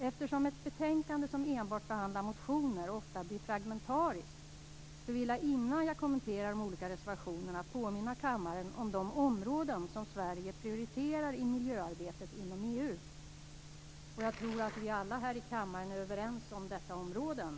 Eftersom ett betänkande där enbart motioner behandlas ofta blir fragmentariskt vill jag, innan jag kommenterar de olika reservationerna, påminna kammaren om de områden som Sverige prioriterar i miljöarbetet inom EU. Jag tror att alla vi i denna kammare är överens om dessa områden.